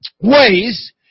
ways